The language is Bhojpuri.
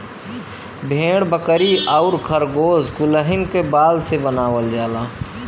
भेड़ बकरी आउर खरगोस कुलहीन क बाल से बनावल जाला